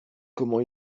comment